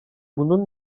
bunun